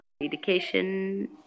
education